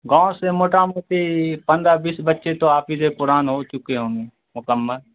گاؤں سے موٹا موٹی پندرہ بیس بچے تو حافظ قرآن ہو چکے ہوں گے مکمل